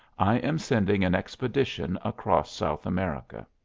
i am sending an expedition across south america.